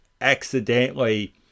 accidentally